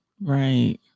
Right